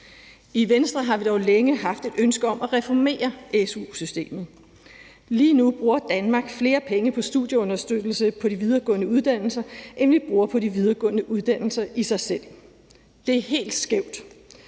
I Venstre har vi dog længe haft et ønske om at reformere su-systemet. Lige nu bruger Danmark flere penge på studieunderstøttelse på de videregående uddannelser, end vi bruger på de videregående uddannelser i sig selv. Det er helt skævt,